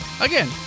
Again